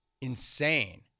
Insane